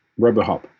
RoboHop